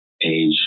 age